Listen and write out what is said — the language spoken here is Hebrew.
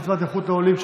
קצבת נכות לעולים),